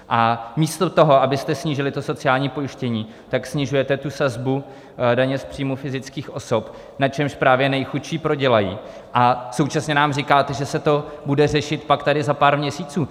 A místo toho, abyste snížili to sociální pojištění, tak snižujete tu sazbu daně z příjmů fyzických osob, na čemž právě nejchudší prodělají, a současně nám říkáte, že se to bude řešit pak tady za pár měsíců.